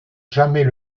jamais